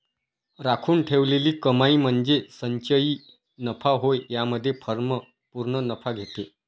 राखून ठेवलेली कमाई म्हणजे संचयी नफा होय यामध्ये फर्म पूर्ण नफा घेते